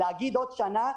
להגיד "עוד שנה"?